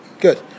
Good